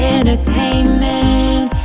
Entertainment